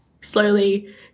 slowly